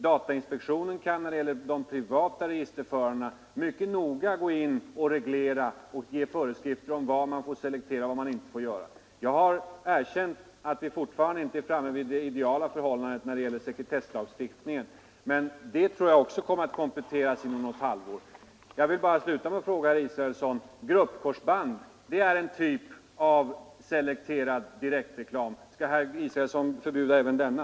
Datainspektionen kan, när det gäller de privata registerförarna, mycket noga reglera och ge föreskrifter om vad som får selekteras och vad som inte får selekteras. Jag har erkänt att vi fortfarande inte är framme vid det ideala förhållandet när det gäller sekretesslagstiftningen, men det tror jag kommer att kompletteras inom något halvår. Jag vill sluta med att ställa en fråga till herr Israelsson. Gruppkorsband är en typ av selekterad direktreklam. Vill herr Israelsson förbjuda även denna?